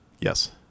Yes